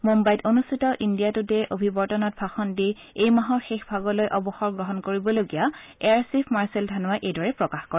মুঘাইত অনুষ্ঠিত India Today অভিবৰ্তনত ভাষণ দি এই মাহৰ শেষ ভাগলৈ অৱসৰ গ্ৰহণ কৰিবলগীয়া এয়াৰচিফ মাৰ্চেল ধানোৱাই এইদৰে প্ৰকাশ কৰে